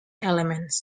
elements